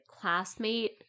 classmate